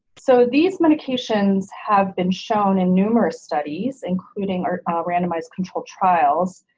so these medications have been shown in numerous studies, including our randomized control trials,